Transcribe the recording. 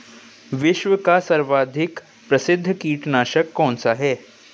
विश्व का सर्वाधिक प्रसिद्ध कीटनाशक कौन सा है?